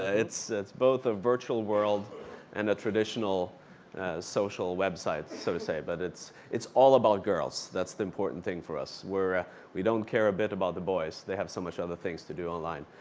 it's it's both a virtual world and a traditional social website, so to say. but it's it's all about girls. that's the important thing for us. we don't care a bit about the boys. they have so many other things to do online.